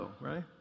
right